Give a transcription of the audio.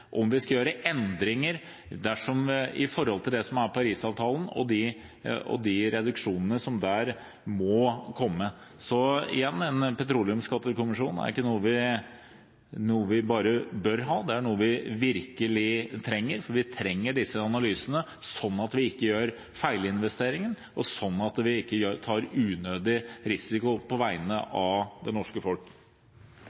endringer i forhold til det som ligger i Paris-avtalen, og de reduksjonene som må komme der. Så igjen: En petroleumsskattekommisjon er ikke noe vi bare bør ha, det er noe vi virkelig trenger. Vi trenger disse analysene, sånn at vi ikke gjør feilinvesteringer, og sånn at vi ikke tar unødig risiko på vegne